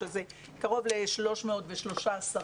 שזה קרוב ל-313,000.